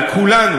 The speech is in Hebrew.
על כולנו,